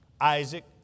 Isaac